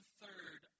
third